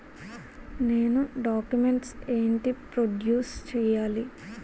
నేను డాక్యుమెంట్స్ ఏంటి ప్రొడ్యూస్ చెయ్యాలి?